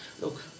Look